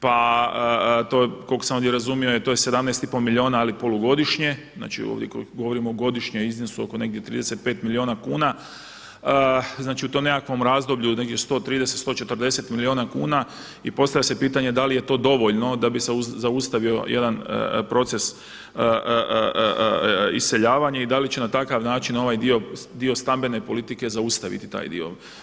Pa to, koliko sam ovdje razumio to je 17,5 milijuna ali polugodišnje, znači ovdje ukoliko govorimo o godišnjem iznosu oko negdje 35 milijuna kuna, znači u tom nekakvom razdoblju negdje 130, 140 milijuna kuna i postavlja se pitanje da li je to dovoljno da bi se zaustavio jedan proces iseljavanja i da li će na takav način ovaj dio stambene politike zaustaviti taj dio.